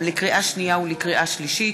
לקריאה שנייה ולקריאה שלישית,